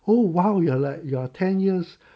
oh !wow! you are like you're ten years